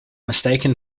mistaken